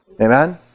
Amen